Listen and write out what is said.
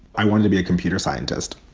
i wanted to be a computer scientist